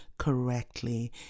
Correctly